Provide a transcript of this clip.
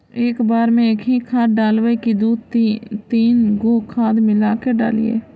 एक बार मे एकही खाद डालबय की दू तीन गो खाद मिला के डालीय?